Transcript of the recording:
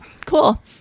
Cool